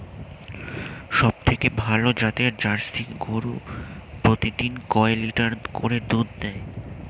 সবথেকে ভালো জাতের জার্সি গরু প্রতিদিন কয় লিটার করে দুধ দেয়?